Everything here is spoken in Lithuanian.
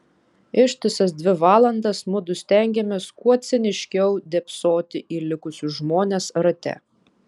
ištisas dvi valandas mudu stengėmės kuo ciniškiau dėbsoti į likusius žmones rate